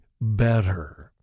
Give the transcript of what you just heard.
better